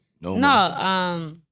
No